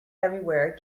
everywhere